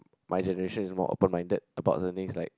my generation is more open minded about the things like